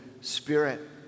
Spirit